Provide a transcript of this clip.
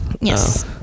Yes